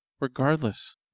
Regardless